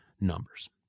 numbers